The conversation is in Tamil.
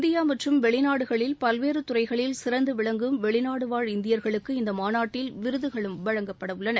இந்தியா மற்றும் வெளிநாடுகளில் பல்வேறு துறைகளில் சிறந்து விளங்கும் வெளிநாடுவாழ் இந்தியர்களுக்கு இந்த மாநாட்டில் விருதுகளும் வழங்கப்பட உள்ளன